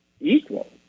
equal